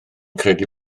credu